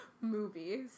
movies